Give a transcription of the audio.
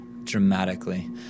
dramatically